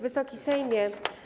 Wysoki Sejmie!